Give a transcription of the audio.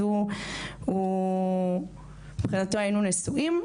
אז מבחינתו היינו נשואים.